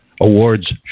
Awards